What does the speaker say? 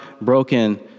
broken